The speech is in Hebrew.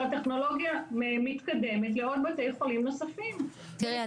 הטכנולוגיה מתקדמת לעוד בתי חולים נוספים --- אני